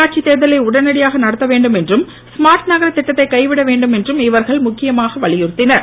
உள்ளாட்சித் தேர்தலை உடனடியாக நடத்த வேண்டும் என்றும் ஸ்மார்ட் நகரத் திட்டத்தை கைவிட வேண்டும் என்றும் இவர்கள் முக்கியமாக வலியுறுத்தினர்